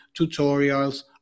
tutorials